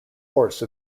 course